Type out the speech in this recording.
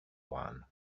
one